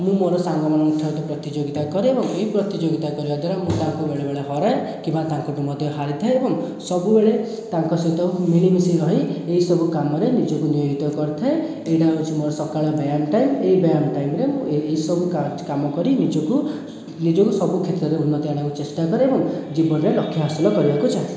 ମୁଁ ମୋର ସାଙ୍ଗମାନଙ୍କ ଠାରେ ପ୍ରତିଯୋଗିତା କରେ ଏବଂ ଏହି ପ୍ରତିଯୋଗିତା କରିବା ଦ୍ୱାରା ମୁଁ ତାଙ୍କୁ ବେଳେ ବେଳେ ହରାଏ କିମ୍ବା ତାଙ୍କଠୁ ମଧ୍ୟ ହାରିଥାଏ ଏବଂ ସବୁବେଳେ ତାଙ୍କ ସହିତ ମୁଁ ମିଳିମିଶି ରହି ଏହିସବୁ କାମରେ ନିଜକୁ ନିୟୋଜିତ କରିଥାଏ ଏଇଟା ହେଉଛି ସକାଳ ବ୍ୟାୟାମ୍ ଟାଇମ୍ ଏହି ବ୍ୟାୟାମ୍ ଟାଇମ୍ରେ ମୁଁ ଏହି ଏହି ସବୁ କାମ କରି ନିଜକୁ ନିଜକୁ ସବୁ କ୍ଷେତ୍ରରେ ଉନ୍ନତି ଆଣିବାକୁ ଚେଷ୍ଟା କରେ ଏବଂ ଜୀବନରେ ଲକ୍ଷ୍ୟ ହାସଲ୍ କରିବାକୁ ଚାହେଁ